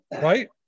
Right